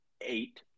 eight